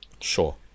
sure